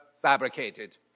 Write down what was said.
fabricated